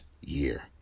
year